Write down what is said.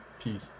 peace